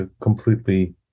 completely